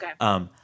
Okay